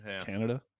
Canada